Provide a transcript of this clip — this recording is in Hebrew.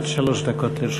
עד שלוש דקות לרשותך.